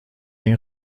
این